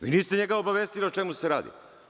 Vi niste njega obavestili o čemu se radi.